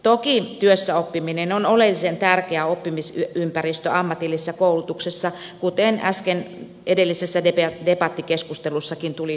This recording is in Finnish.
toki työssäoppiminen on oleellisen tärkeä oppimisympäristö ammatillisessa koulutuksessa kuten äsken edellisessä debattikeskustelussakin tuli hyvin esille